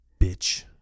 bitch